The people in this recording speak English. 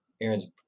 Aaron's